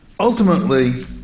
Ultimately